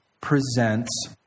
presents